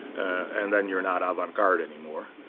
and then you're not ah avant garde anymore.